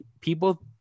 people